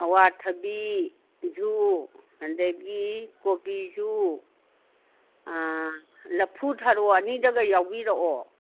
ꯑꯋꯥꯊꯕꯤꯖꯨ ꯑꯗꯒꯤ ꯀꯣꯕꯤꯖꯨ ꯂꯐꯨ ꯊꯔꯣ ꯑꯅꯤꯗꯒ ꯌꯥꯎꯕꯤꯔꯛꯑꯣ